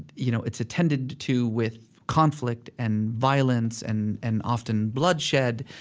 you know it's attended to with conflict and violence and and often bloodshed,